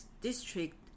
District